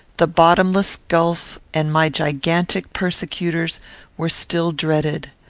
the bottomless gulf and my gigantic persecutors were still dreaded.